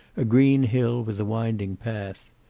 a green hill with a winding path.